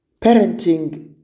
Parenting